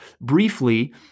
briefly